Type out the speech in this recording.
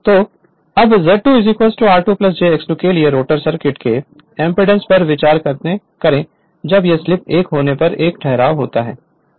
तो अब Z2 r2 jX2 के लिए रोटर सर्किट के एमपीडांस पर विचार करें जब यह स्लिप 1 होने पर एक ठहराव होता है